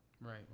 Right